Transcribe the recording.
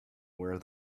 where